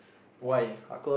why